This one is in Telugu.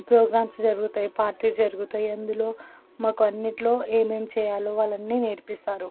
ప్రోగ్రామ్స్ జరుగుతాయి పార్టీస్ జరుగుతాయి ఎందులో మాకు అన్నిట్లో ఏమేం చేయాలో వాళ్ళని నేర్పిస్తారు